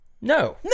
No